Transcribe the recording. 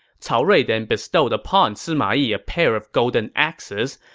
cao rui then bestowed upon sima yi a pair of golden axes,